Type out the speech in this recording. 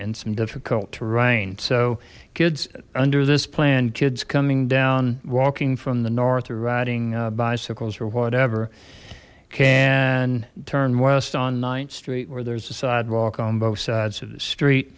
and some difficult terrain so kids under this plan kids coming down walking from the north or riding bicycles or whatever can turn west on ninth street where there's a sidewalk on both sides of the street